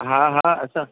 हा हा असां